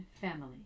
family